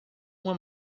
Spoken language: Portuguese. uma